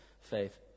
faith